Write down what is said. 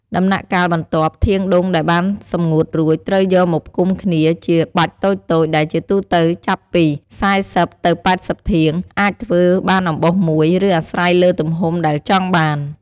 ដំណាក់កាលបន្ទាប់ ធាងដូងដែលបានសម្ងួតរួច ត្រូវយកមកផ្ដុំគ្នាជាបាច់តូចៗ ដែលជាទូទៅចាប់ពី ៤០ ទៅ ៨០ ធាង អាចធ្វើបានអំបោសមួយ ឬអាស្រ័យលើទំហំដែលចង់បាន។